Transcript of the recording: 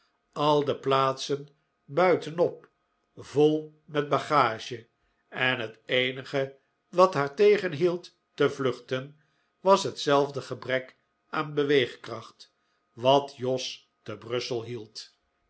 al de plaatsen buitenop vol met bagage en het eenige wat haar tegenhield te vluchten was hetzelfde gebrek aan beweegkracht wat jos te brussel hield